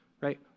right